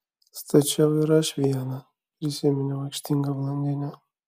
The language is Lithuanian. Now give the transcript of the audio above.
stačiau ir aš vieną prisiminiau aikštingą blondinę